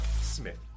Smith